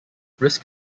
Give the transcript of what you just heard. risk